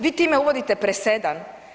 Vi time uvodite presedan.